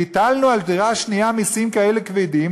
והטלנו על דירה שנייה מסים כאלה כבדים,